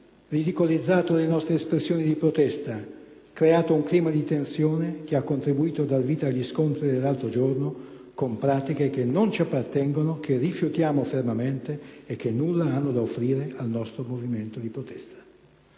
ridicolizzato le nostre espressioni di protesta, creato un clima di tensione che ha contribuito a dar vita agli scontri dell'altro giorno, con pratiche che non ci appartengono, che rifiutiamo fermamente e che nulla hanno da offrire al nostro movimento di protesta.